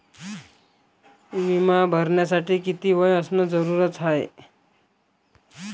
बिमा भरासाठी किती वय असनं जरुरीच हाय?